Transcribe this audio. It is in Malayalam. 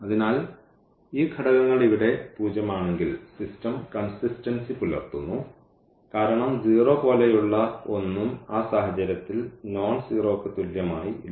അതിനാൽ ഈ ഘടകങ്ങൾ ഇവിടെ 0 ആണെങ്കിൽ സിസ്റ്റം കൺസിസ്റ്റൻസി പുലർത്തുന്നു കാരണം 0 പോലെയുള്ള ഒന്നും ആ സാഹചര്യത്തിൽ നോൺസീറോയ്ക്ക് തുല്യമായി ഇല്ല